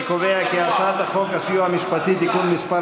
אני קובע כי הצעת חוק הסיוע המשפטי (תיקון מס'